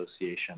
Association